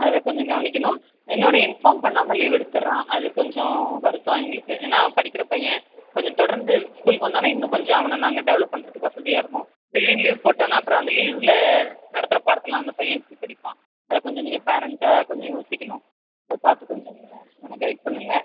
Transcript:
அதை கொஞ்சம் கவனிக்கணும் இன்னோன்று இன்ஃபார்ம் பண்ணாமல் லீவ் எடுத்தடுறான் அது கொஞ்சம் வருத்தம் எங்களுக்கு ஏன்னால் படிக்கிற பையன் கொஞ்சம் தொடர்ந்து ஸ்கூலுக்கு வந்தான்னால் இன்னும் கொஞ்சம் அவனை நாங்கள் டெவலப் பண்றத்துக்கு வசதியாக இருக்கும் திடீர்னு லீவ் போட்டான்னால் அப்புறம் அந்த லீவில் நடத்துற பாடத்தெல்லாம் அந்த பையன் எப்படி படிப்பான் அதை கொஞ்சம் நீங்கள் பேரன்ட்டாக கொஞ்சம் யோசிக்கணும் அதை பார்த்து கொஞ்சம் நீங்கள் அவனை கைட் பண்ணுங்கள்